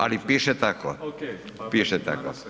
Ali piše tako. … [[Upadica Grčić, ne razumije se.]] Piše tako.